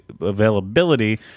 availability